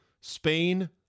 Spain